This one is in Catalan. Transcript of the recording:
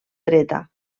dreta